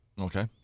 Okay